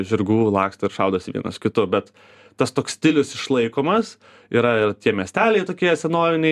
žirgų laksto ir šaudosi vienas su kitu bet tas toks stilius išlaikomas yra ir tie miesteliai tokie senoviniai